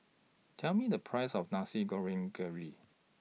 Tell Me The Price of Nasi Goreng Kerang